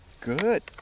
Good